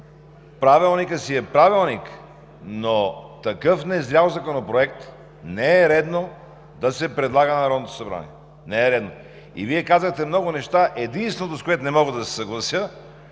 Правилникът си е правилник, но такъв незрял законопроект не е редно да се предлага на Народното събрание. Не е редно! Вие казахте много неща и единственото, с което не мога да се съглася